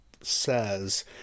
says